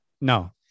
No